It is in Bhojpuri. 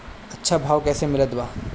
अच्छा भाव कैसे मिलत बा?